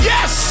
Yes